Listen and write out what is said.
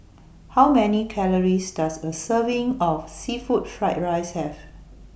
How Many Calories Does A Serving of Seafood Fried Rice Have